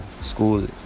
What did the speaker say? school